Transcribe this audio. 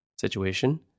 situation